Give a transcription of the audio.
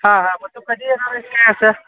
हां हां मग तुम कधी असं